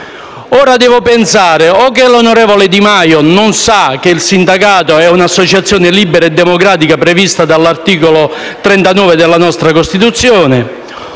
Ora devo pensare o che l'onorevole Di Maio non sappia che il sindacato è un'associazione libera e democratica prevista dall'articolo 39 della nostra Costituzione